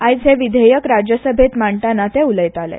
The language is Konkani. आयज हे विधेयक राज्यसभेत मांडटाना ते उलयताले